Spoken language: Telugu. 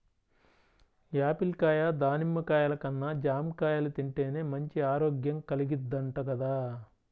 యాపిల్ కాయ, దానిమ్మ కాయల కన్నా జాంకాయలు తింటేనే మంచి ఆరోగ్యం కల్గిద్దంట గదా